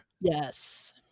Yes